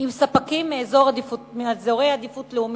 עם ספקים מאזורי עדיפות לאומית,